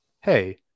Hey